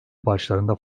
başlarında